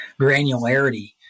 granularity